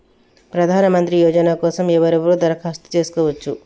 ప్రధానమంత్రి యోజన కోసం ఎవరెవరు దరఖాస్తు చేసుకోవచ్చు?